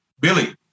Billy